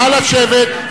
נא לשבת.